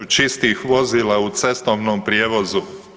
čistih vozila u cestovnom prijevozu.